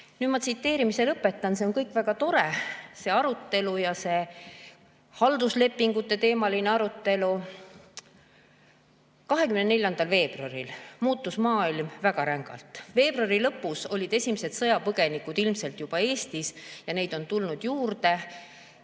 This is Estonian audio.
ma tsiteerimise lõpetan. See on kõik väga tore – see arutelu ja see halduslepinguteteemaline arutelu. 24. veebruaril muutus maailm väga rängalt. Veebruari lõpus olid esimesed sõjapõgenikud ilmselt juba Eestis ja neid on tulnud juurde.